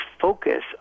focus